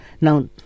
Now